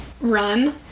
Run